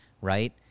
right